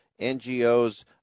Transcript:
NGOs